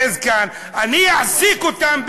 אני אזרוק להם עז כאן,